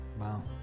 Wow